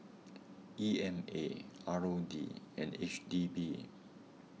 E M A R O D and H D B